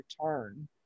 return